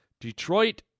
Detroit